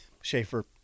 Schaefer